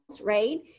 right